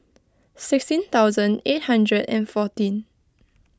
sixteen thousand eight hundred and fourteen